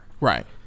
Right